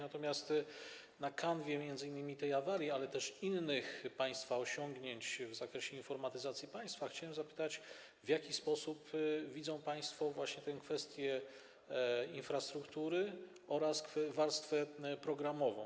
Natomiast na kanwie m.in. tej awarii, ale też innych państwa osiągnięć w zakresie informatyzacji państwa, chciałem zapytać, w jaki sposób widzą państwo właśnie tę kwestię infrastruktury oraz warstwę programową.